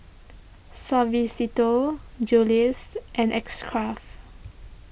Suavecito Julie's and X Craft